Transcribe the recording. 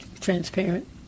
transparent